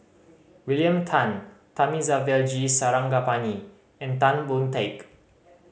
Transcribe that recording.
William Tan Thamizhavel G Sarangapani and Tan Boon Teik